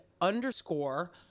underscore